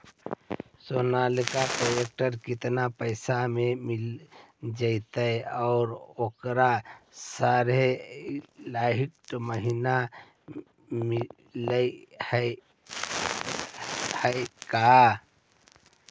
Sonalika tractor केतना पैसा में मिल जइतै और ओकरा सारे डलाहि महिना मिलअ है का?